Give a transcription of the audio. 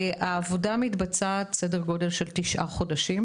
העבודה מתבצעת בסדר גודל של תשעה חודשים